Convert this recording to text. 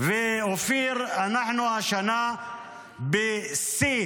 אופיר, אנחנו השנה בשיא